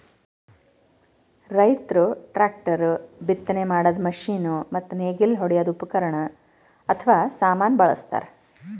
ರೈತರ್ ಟ್ರ್ಯಾಕ್ಟರ್, ಬಿತ್ತನೆ ಮಾಡದ್ದ್ ಮಷಿನ್ ಮತ್ತ್ ನೇಗಿಲ್ ಹೊಡ್ಯದ್ ಉಪಕರಣ್ ಅಥವಾ ಸಾಮಾನ್ ಬಳಸ್ತಾರ್